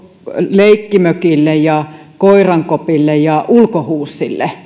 leikkimökille koirankopille ja ulkohuussille